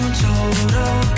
total